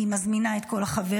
היא מזמינה את כל החברים,